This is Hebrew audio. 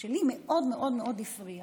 לי מאוד מאוד מאוד הפריע